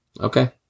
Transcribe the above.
Okay